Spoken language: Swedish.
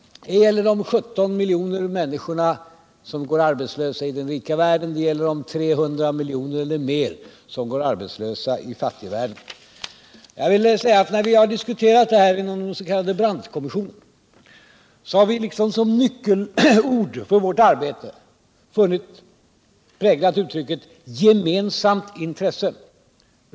Det gäller de 17 miljoner människor som går arbetslösa i den rika världen. Det gäller de 300 miljoner eller mer som går arbetslösa i fattigvärlden. När vi har diskuterat detta inom den s.k. Brandtkommissionen har vi som nyckelord för vårt arbete präglat uttrycket ”gemensamt intresse”.